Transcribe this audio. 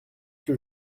que